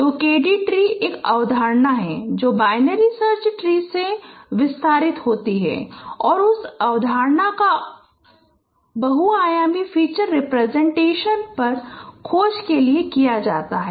तो K D tree एक अवधारणा है जो बाइनरी सर्च ट्री से विस्तारित होती है और उस अवधारणा का उपयोग बहुआयामी फीचर रिप्रजेंटेशन पर खोज के लिए किया जाता है